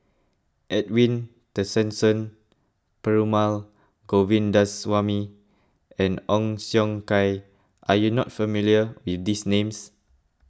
Edwin Tessensohn Perumal Govindaswamy and Ong Siong Kai are you not familiar with these names